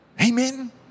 Amen